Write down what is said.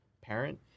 parent